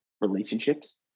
relationships